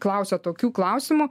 klausia tokių klausimų